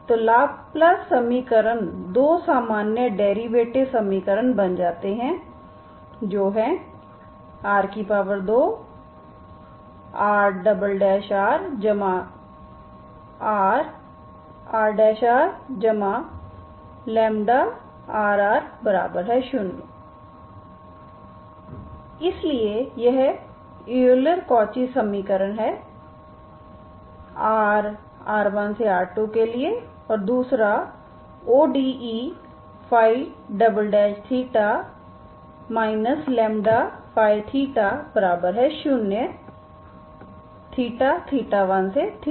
तो लाप्लास समीकरण दो सामान्य डेरिवेटिव समीकरण बन जाते हैं जो हैं r2RrrRrλRr0 इसलिए यह यूलर कॉची समीकरण है r1rr2 के लिए और दूसरा ODE ϴ λϴ 0है 1θ2केलिए